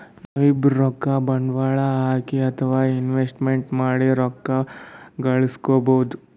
ನಾವ್ಬೀ ರೊಕ್ಕ ಬಂಡ್ವಾಳ್ ಹಾಕಿ ಅಥವಾ ಇನ್ವೆಸ್ಟ್ಮೆಂಟ್ ಮಾಡಿ ರೊಕ್ಕ ಘಳಸ್ಕೊಬಹುದ್